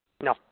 No